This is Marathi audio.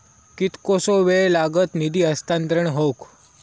कितकोसो वेळ लागत निधी हस्तांतरण हौक?